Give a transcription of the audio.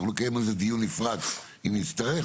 אנחנו נקיים על זה דיון נפרד אם נצטרך.